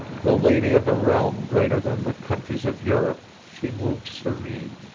the lady of a realm greater than the countries of europe, she moved serene,